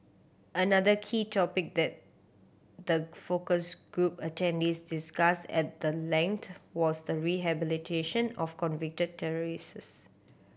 another key topic that the focus group attendees discussed at the length was the rehabilitation of convicted terrorists